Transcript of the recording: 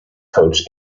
coach